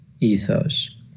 ethos